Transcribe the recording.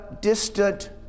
distant